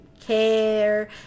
care